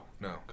no